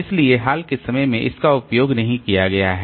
इसलिए हाल के समय में इसका उपयोग नहीं किया गया है